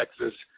Texas